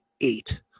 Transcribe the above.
eight